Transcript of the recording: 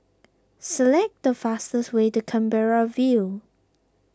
select the fastest way to Canberra View